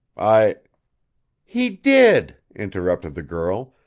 i he did! interrupted the girl.